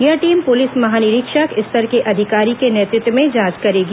यह team police महानिरीक्षक स्तर के अधिकारी के नेतृत्व में जांच करेगी